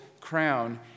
crown